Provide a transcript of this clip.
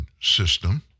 system